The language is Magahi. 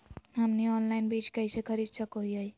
हमनी ऑनलाइन बीज कइसे खरीद सको हीयइ?